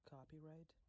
Copyright